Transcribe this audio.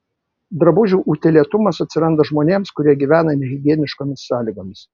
drabužių utėlėtumas atsiranda žmonėms kurie gyvena nehigieniškomis sąlygomis